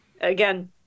again